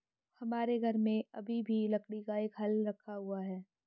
हमारे घर में अभी भी लकड़ी का एक हल रखा हुआ है